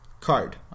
card